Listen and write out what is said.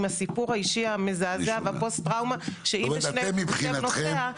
הסיפור האישי המזעזע והפוסט טראומה שלה ושל שתי בנותיה.